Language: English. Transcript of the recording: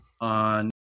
on